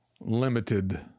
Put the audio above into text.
limited